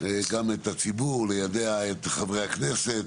את הציבור, ליידע את חברי הכנסת,